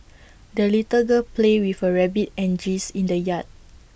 the little girl played with her rabbit and geese in the yard